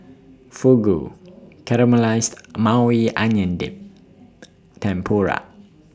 Fugu Caramelized Maui Onion Dip Tempura